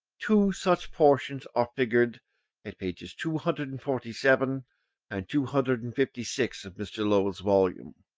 two such portions are figured at pages two hundred and forty seven and two hundred and fifty six of mr. lowell's volume.